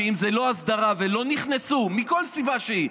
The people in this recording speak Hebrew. שאם זה לא הסדרה ולא נכנסו מכל סיבה שהיא,